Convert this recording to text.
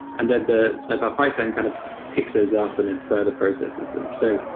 and then the snowplow pipeline kind of picks those up and then further processes them. so